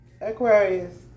Aquarius